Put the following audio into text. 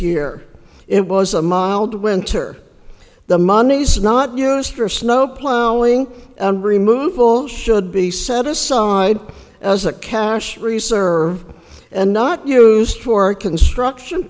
year it was a mild winter the money's not used for snow plowing and removeable should be set aside as a cash reserve and not used for construction